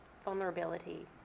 vulnerability